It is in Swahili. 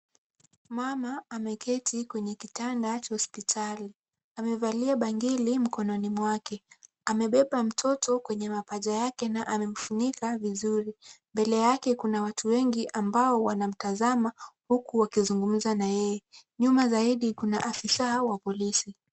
Mama ameketi kwenye kitanda cha hospitali. Amevalia bangili mkononi mwake. Amebeba mtoto kwenye mapaja yake na amemfunika vizuri. Mbele yake kuna watu wengi ambao wanamtazama huku wakizungumza na yeye. Nyuma zaida kuna afisa wa polisi.